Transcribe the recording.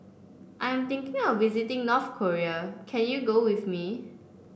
I'm thinking of visiting North Korea can you go with me